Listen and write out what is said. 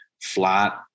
flat